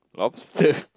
lobster